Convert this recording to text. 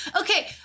okay